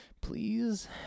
please